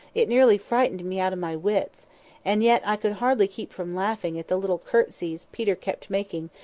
it nearly frightened me out of my wits and yet i could hardly keep from laughing at the little curtseys peter kept making,